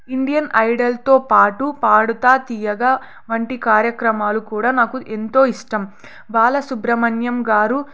Indian ఐడల్తో పాటు పాడుతా తీయగా వంటి కార్యక్రమాలు కూడా నాకు ఎంతో ఇష్టం బాలసుబ్రమణ్యం గారు